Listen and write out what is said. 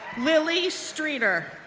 lilly strieder,